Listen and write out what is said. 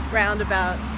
roundabout